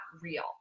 real